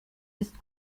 ist